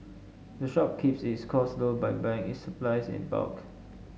the shop keeps its costs low by buying its supplies in bulk